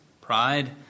pride